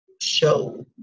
show